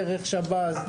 דרך שב"ס,